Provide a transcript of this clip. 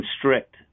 constrict